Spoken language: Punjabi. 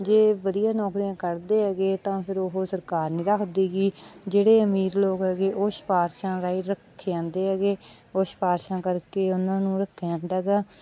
ਜੇ ਵਧੀਆ ਨੌਕਰੀਆਂ ਕਰਦੇ ਹੈਗੇ ਤਾਂ ਫਿਰ ਉਹ ਸਰਕਾਰ ਨਹੀਂ ਰੱਖਦੀ ਹੈਗੀ ਜਿਹੜੇ ਅਮੀਰ ਲੋਕ ਹੈਗੇ ਉਹ ਸਿਫਾਰਿਸ਼ਾਂ ਰਾਹੀ ਰੱਖੇ ਜਾਂਦੇ ਹੈਗੇ ਉਹ ਸਿਫਾਰਿਸ਼ਾਂ ਕਰਕੇ ਉਹਨਾਂ ਨੂੰ ਰੱਖਿਆ ਜਾਂਦਾ ਹੈਗਾ